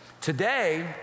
Today